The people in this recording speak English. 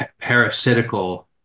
parasitical